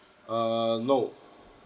err no